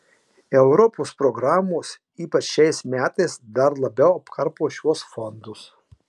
europos programos ypač šiais metais dar labiau apkarpo šiuos fondus